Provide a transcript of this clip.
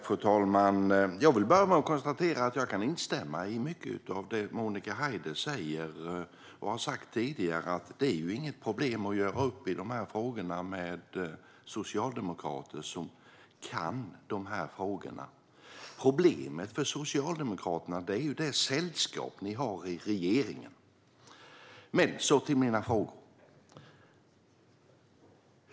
Fru talman! Jag instämmer i mycket av det som Monica Haider säger och även tidigare har sagt. Det är inget problem att göra upp i dessa frågor med socialdemokrater som kan frågorna. Problemet för Socialdemokraterna är det sällskap de har i regeringen. Låt mig gå över till mina frågor.